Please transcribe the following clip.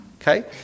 Okay